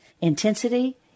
intensity